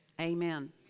Amen